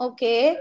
Okay